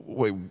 Wait